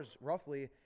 roughly